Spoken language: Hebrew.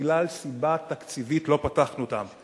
בגלל סיבה תקציבית לא פתחנו אותן.